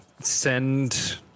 send